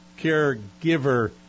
caregiver